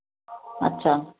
అచ్చా